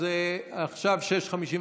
(הישיבה נפסקה בשעה 18:53